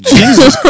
Jesus